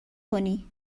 کنی